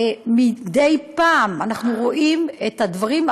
ומדי פעם אנחנו אף רואים את הדברים,